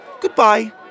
Goodbye